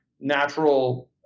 natural